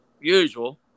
usual